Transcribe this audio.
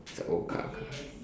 it's a old kind of car